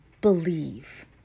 believe